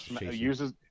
uses